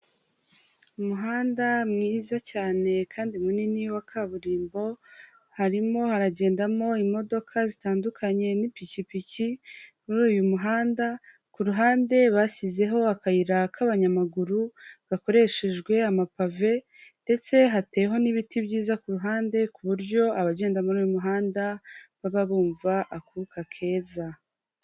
Umuhanda mwiza cyane kandi munini wa kaburimbo harimo haragendamo imodoka zitandukanye n'ipikipiki muri uyu muhanda, ku ruhande bashyizeho akayira k'abanyamaguru gakoreshejwe amapave ndetse hateyeho n'ibiti byiza ku ruhande ku buryo abagenda muri uyu muhanda baba bumva akuka keza.